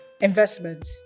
investment